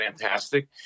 fantastic